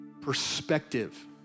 perspective